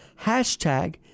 Hashtag